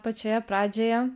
pačioje pradžioje